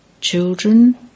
children